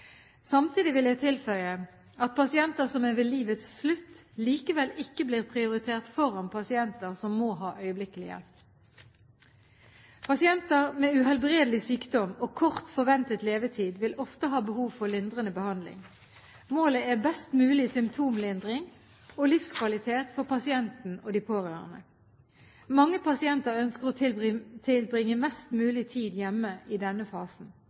Samtidig vil jeg tilføye at pasienter som er ved livets slutt, likevel ikke blir prioritert foran pasienter som må ha øyeblikkelig hjelp. Pasienter med uhelbredelig sykdom og kort forventet levetid vil ofte ha behov for lindrende behandling. Målet er best mulig symptomlindring og livskvalitet for pasienten og de pårørende. Mange pasienter ønsker å tilbringe mest mulig tid hjemme i denne fasen.